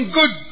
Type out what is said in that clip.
good